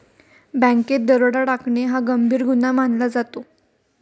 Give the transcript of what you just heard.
बँकेत दरोडा टाकणे हा गंभीर गुन्हा मानला जातो